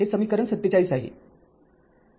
हे समीकरण ४७ आहे